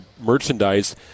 merchandise